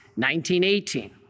19.18